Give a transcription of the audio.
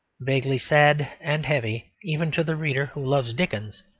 vaguely sad and heavy even to the reader who loves dickens,